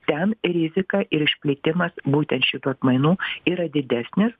ten rizika ir išplitimas būtent šitų atmainų yra didesnis